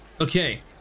Okay